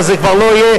נא להסתכל בראי,